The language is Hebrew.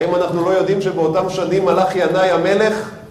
אם אנחנו לא יודעים שבאותם שנים הלך ינאי המלך